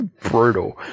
brutal